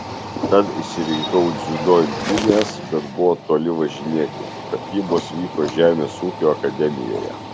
tad išsirinkau dziudo imtynes bet buvo toli važinėti pratybos vyko žemės ūkio akademijoje